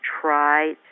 try